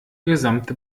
gesamte